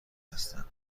هستند